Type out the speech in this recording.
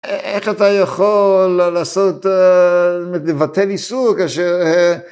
‫איך אתה יכול לבטל איסור כאשר...